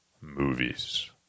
movies